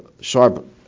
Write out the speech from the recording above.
sharp